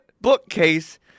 bookcase